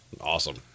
awesome